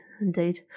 indeed